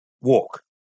walk